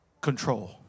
control